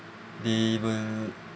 they will